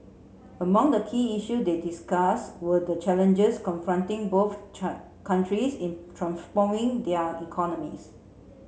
among the key issues they discuss were the challenges confronting both countries in transforming their economies